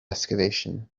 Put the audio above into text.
excavation